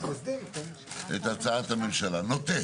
אני נוטה.